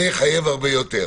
זה יחייב הרבה יותר.